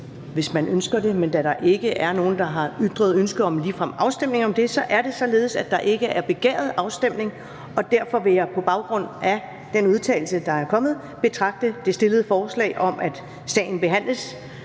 Ellemann): Da der ikke er nogen, der har ytret ønske om ligefrem en afstemning om det, er det således, at der ikke er begæret afstemning, og derfor vil jeg på baggrund af den udtalelse, der er kommet, betragte det stillede forslag om, at sagens behandling